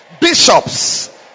bishops